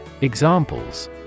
Examples